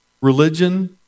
religion